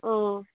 आं